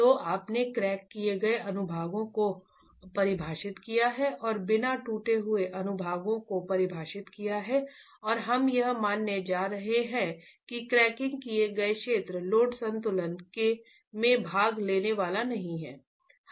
तो आपने क्रैक किए गए अनुभागों को परिभाषित किया है और बिना टूटे हुए अनुभागों को परिभाषित किया है और हम यह मानने जा रहे हैं कि क्रैक किया गया क्षेत्र लोड संतुलन में भाग लेने वाला नहीं है